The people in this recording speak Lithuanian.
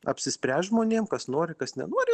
apsispręst žmonėm kas nori kas nenori